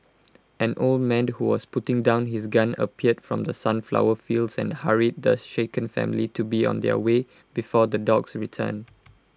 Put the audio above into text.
an old man who was putting down his gun appeared from the sunflower fields and hurried the shaken family to be on their way before the dogs return